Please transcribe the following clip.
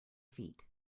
feet